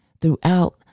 throughout